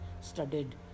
studied